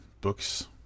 books